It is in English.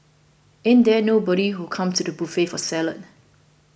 ain't there nobody who came to the buffet for salad